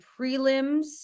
prelims